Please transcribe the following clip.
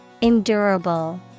Endurable